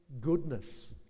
goodness